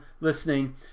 listening